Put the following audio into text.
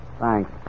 Thanks